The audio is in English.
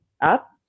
up